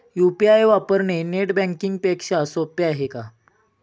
UPI वापरणे net banking पेक्षा सोपे आहे का?